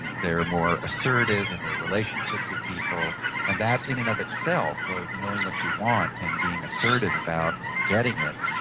they're more assertive in their relationships with people and that in and of itself, of knowing what you want and being assertive about getting it,